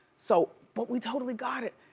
so, but we totally got it,